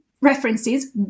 references